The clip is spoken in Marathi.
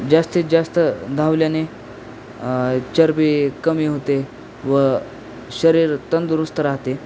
जास्तीत जास्त धावल्याने चरबी कमी होते व शरीर तंदुरुस्त राहते